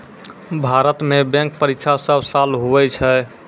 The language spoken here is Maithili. भारत मे बैंक परीक्षा सब साल हुवै छै